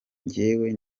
njyewe